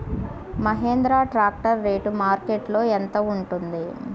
Mahindra tractor rate మార్కెట్లో యెంత ఉంటుంది?